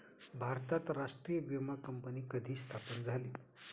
भारतात राष्ट्रीय विमा कंपनी कधी स्थापन झाली?